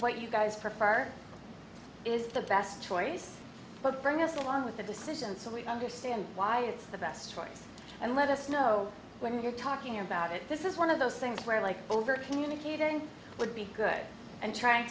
what you guys prefer is the best choice but bring us along with the decision so we understand why it's the best choice and let us know when you're talking about it this is one of those things where like over communicating would be good and trying